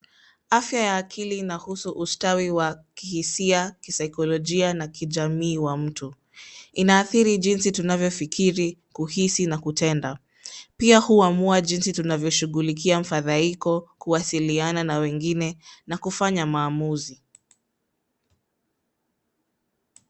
Afya ya akili inahusu ustawi wa kihisia, kisaikolojia na kijamii wa mtu. Inaadhiri jinsi tunavyofikiri, kuhisi na kutenda. Pia huamua jinsi unavyoshughulikia mfadhaiko, kuwasiliana na wengine na kufanya maamuzi.